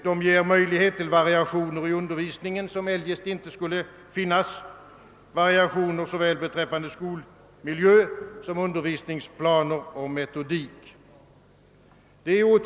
De ger möjligheter till variationer i undervisningen som eljest inte skulle finnas, variationer beträffande såväl skolmiljö som undervisningsplaner och metodik.